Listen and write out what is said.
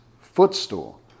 footstool